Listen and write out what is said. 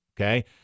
Okay